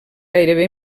gairebé